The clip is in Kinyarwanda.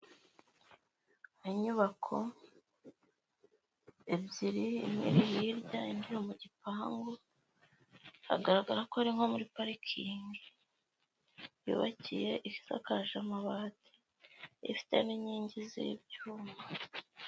Inyubako ebyiri, imwe iri hirya, indi iri mu gipangu, hagaragara ko ari nko muri parikingi yubakiye, isakaje amabati, ifite n'inkingi z'ibyuma.